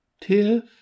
Tiff